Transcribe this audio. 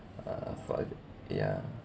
uh fun yeah